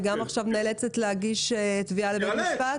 גם היא נאלצת להגיש תביעה לבית המשפט?